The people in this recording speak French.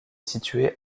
située